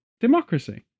democracy